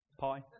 Pie